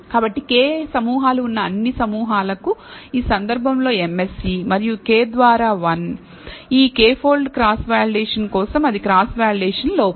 కాబట్టి k సమూహాలు ఉన్న అన్ని సమూహాలకు ఈ సందర్భంలో MSE మరియు k ద్వారా 1 ఈ k పోల్డ్ క్రాస్ వాలిడేషన్ కోసం అది క్రాస్ వాలిడేషన్ లోపం